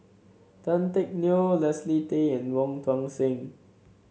Tan Teck Neo Leslie Tay and Wong Tuang Seng